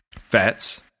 fats